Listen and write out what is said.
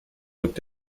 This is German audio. rückt